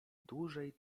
dłużej